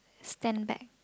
stand back